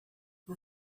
por